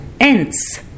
ants